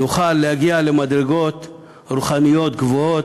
נוכל להגיע למדרגות רוחניות גבוהות